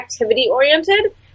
activity-oriented